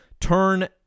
turn